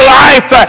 life